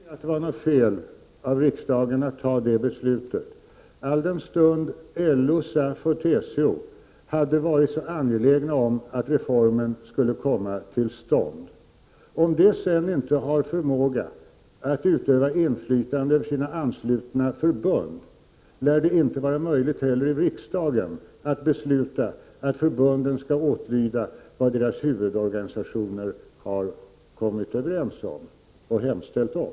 Herr talman! Jag kan inte se att det var fel av riksdagen att fatta det aktuella beslutet, alldenstund LO, SAF och TCO hade varit så angelägna om att reformen skulle genomföras. Om dessa sedan inte har förmåga att utöva inflytande över sina anslutna förbund, lär det inte heller här i riksdagen vara möjligt att besluta att förbunden skall åtlyda vad deras huvudorganisationer har kommit överens om och hemställt om.